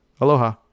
Aloha